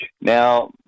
Now